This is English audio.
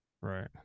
Right